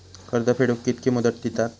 कर्ज फेडूक कित्की मुदत दितात?